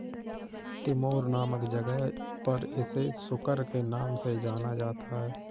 Timor नामक जगह पर इसे सुकर के नाम से जाना जाता है